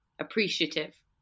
appreciative